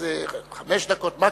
חמש דקות מקסימום,